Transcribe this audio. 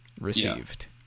received